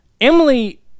Emily